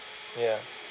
ya